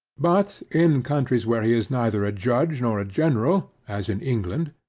but in countries where he is neither a judge nor a general, as in england,